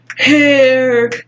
Hair